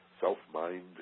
self-mind